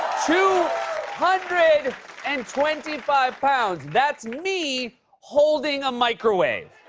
two hundred and twenty five pounds! that's me holding a microwave.